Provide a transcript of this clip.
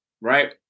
right